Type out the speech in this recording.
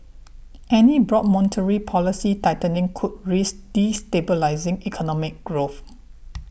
any broad monetary policy tightening could risk destabilising economic growth